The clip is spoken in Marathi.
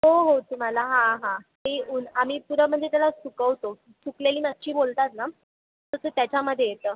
हो हो तुम्हाला हां हां मी ऊन आम्ही पुरं म्हणजे त्याला सुकवतो सुकलेली मच्छी बोलतात ना तसं त्याच्यामध्ये येतं